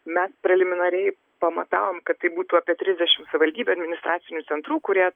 mes preliminariai pamatavom kad tai būtų apie trisdešimt savivaldybių administracinių centrų kurie